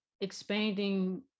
expanding